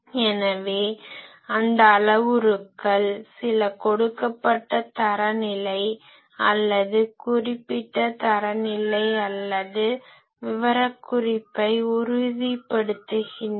எனவே அந்த அளவுருக்கள் சில கொடுக்கப்பட்ட தரநிலை அல்லது குறிப்பிட்ட தரநிலை அல்லது விவரக்குறிப்பை உறுதிப்படுத்துகின்றன